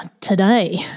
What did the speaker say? today